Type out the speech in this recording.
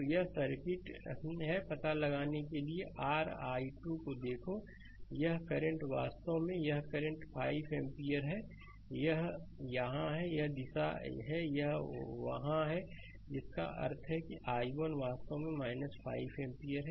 तो यह सर्किट है पता लगाने के लिए r i2 देखो यह करंट वास्तव में यह करंट 5 एम्पीयर है यह यह है कि यह दिशा है यह वहां है जिसका अर्थ है कि i1 वास्तव में 5 एम्पीयर